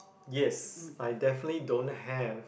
yes I definitely don't have